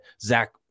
Zach